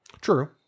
True